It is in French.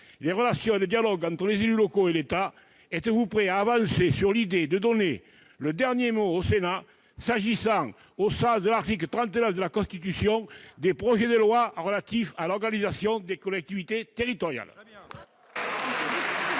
les relations et le dialogue entre les élus locaux et l'État, êtes-vous prêt à avancer sur l'idée de donner le dernier mot au Sénat s'agissant, au sens de l'article 39 de la Constitution, des projets de loi relatifs à l'organisation des collectivités territoriales ?